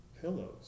pillows